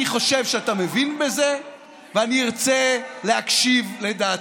אני חושב שאתה מבין בזה ואני ארצה להקשיב לדעתך.